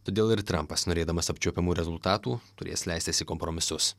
todėl ir trampas norėdamas apčiuopiamų rezultatų turės leistis į kompromisus